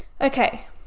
Okay